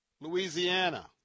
Louisiana